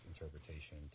interpretation